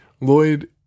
Lloyd